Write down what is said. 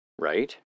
Right